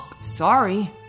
Sorry